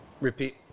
Repeat